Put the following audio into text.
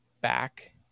back